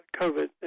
COVID